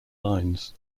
lines